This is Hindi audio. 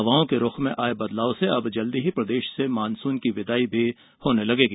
हवाओं के रुख में आये बदलाव से अब जल्दी ही प्रदेश से मानसुन की विदाई भी होने लगेगी